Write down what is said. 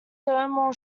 thermal